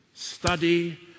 Study